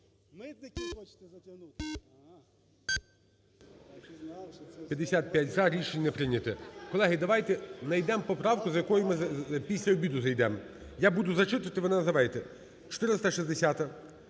За-55 Рішення не прийнято. Колеги, давайте найдемо поправку, з якої ми після обіду зайдемо. Я буду зачитувати, ви називайте. 460-а.